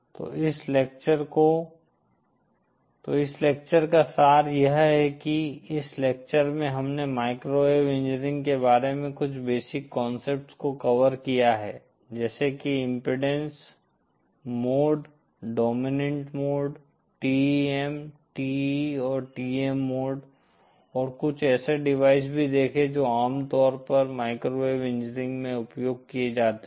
तो इस लेक्चर का सार यह है की इस लेक्चर में हमने माइक्रोवेव इंजीनियरिंग के बारे में कुछ बेसिक कॉन्सेप्ट्स को कवर किया है जैसे कि impedance mode dominant mode TEM TE और TM मोड और कुछ ऐसे डिवाइस भी देखे जो आमतौर पर माइक्रोवेव इंजीनियरिंग में उपयोग किए जाते हैं